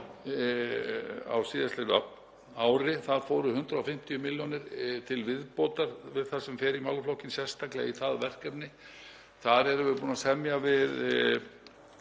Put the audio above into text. á síðastliðnu ári fóru 150 milljónir til viðbótar við það sem fer í málaflokkinn sérstaklega í það verkefni. Þar erum við búin að semja við